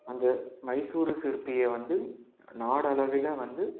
அந்த மைசூர் சிற்பியை வந்து நாடளவில் வந்து